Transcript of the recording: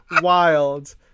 wild